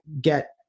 get